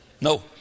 No